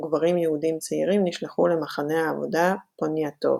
וגברים יהודים צעירים נשלחו למחנה העבודה פוניאטובה.